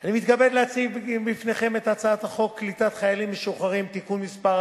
אני מתכבד להציג בפניכם את הצעת חוק קליטת חיילים משוחררים (תיקון מס'